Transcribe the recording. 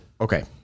okay